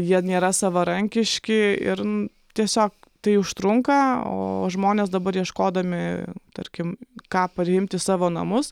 jie nėra savarankiški ir tiesiog tai užtrunka o žmonės dabar ieškodami tarkim ką priimt į savo namus